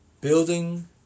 building